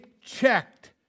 checked